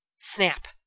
Snap